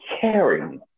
caring